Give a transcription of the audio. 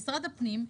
משרד הפנים,